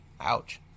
Ouch